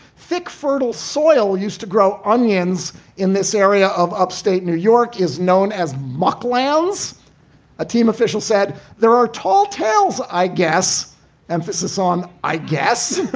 thick, fertile soil used to grow onions in this area of upstate new york is known as mccloud's a team official said there are tall tales, i guess emphasis on, i guess,